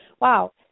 Wow